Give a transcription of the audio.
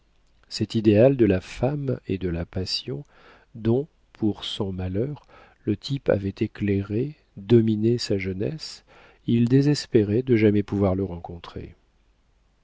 cet idéal de la femme et de la passion dont pour son malheur le type avait éclairé dominé sa jeunesse il désespérait de jamais pouvoir le rencontrer